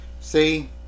See